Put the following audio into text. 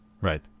right